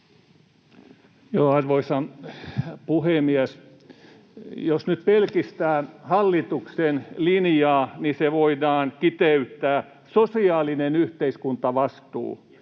Arvoisa puhemies! Jos nyt pelkistää hallituksen linjaa, niin se voidaan kiteyttää näin: sosiaalinen yhteiskuntavastuu.